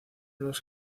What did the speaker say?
los